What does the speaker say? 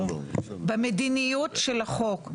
במדיניות של החוק.